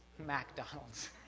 McDonald's